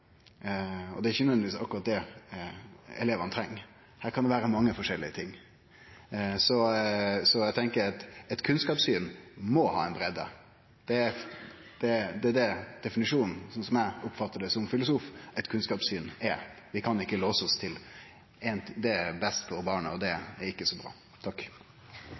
men dei er ikkje nødvendigvis gode lærarar, og det er ikkje nødvendigvis dette elevane treng. Her kan det vere mange forskjellige ting. Eit kunnskapssyn må ha ei breidd. Det er, sånn som eg som filosof oppfattar det, definisjonen på kva eit kunnskapssyn er, men vi kan ikkje låse oss til ein definisjon: Det er best for barna, og det er ikkje så bra.